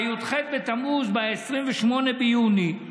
בי"ח בתמוז, ב-28 ביוני: